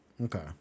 Okay